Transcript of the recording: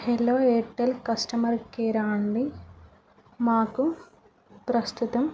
hello Airtel customer care అండి మాకు ప్రస్తుతం